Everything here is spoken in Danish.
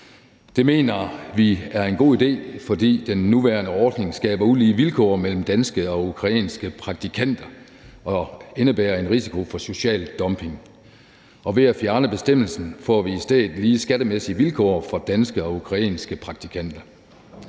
mener vi er en god idé, fordi den nuværende ordning skaber ulige vilkår mellem danske og ukrainske praktikanter og indebærer en risiko for social dumping. Og ved at fjerne bestemmelsen får vi i stedet lige skattemæssige vilkår for danske og ukrainske praktikanter.